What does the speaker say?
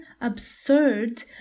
absurd